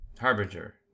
harbinger